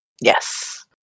Yes